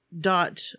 dot